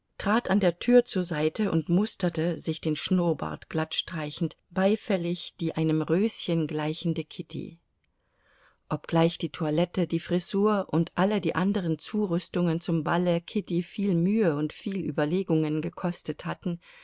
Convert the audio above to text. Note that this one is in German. trat an der tür zur seite und musterte sich den schnurrbart glattstreichend beifällig die einem röschen gleichende kitty obgleich die toilette die frisur und alle die anderen zurüstungen zum balle kitty viel mühe und viel überlegungen gekostet hatten